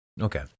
Okay